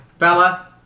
Bella